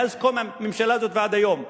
מאז קום הממשלה הזאת ועד היום.